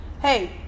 hey